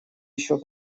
еще